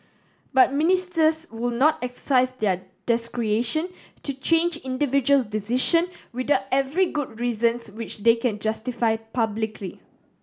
but Ministers will not exercise their discretion to change individuals decision without every good reasons which they can justify publicly